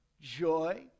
joy